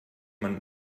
man